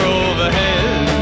overhead